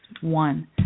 one